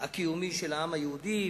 הקיומי של העם היהודי,